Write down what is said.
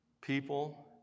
People